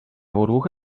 burbuja